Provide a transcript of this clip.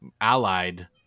allied